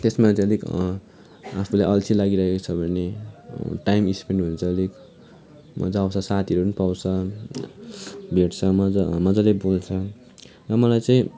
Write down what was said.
त्यसमा चै अलिक आफूलाई अल्छी लागिरहेको छ भने टाइम स्पेन्ड हुन्छ अलिक मज्जा आउँछ साथीहरू पनि पाउँछ भेट्छ मज्जा मज्जले बोल्छ र मलाई चाहिँ